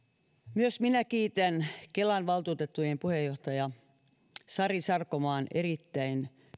myös minä kiitän kelan valtuutettujen puheenjohtaja sari sarkomaata erittäin